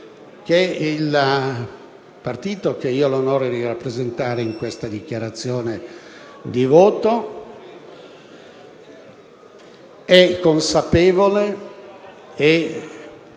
il partito che ho l'onore di rappresentare in questa dichiarazione di voto dà ovviamente il